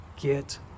get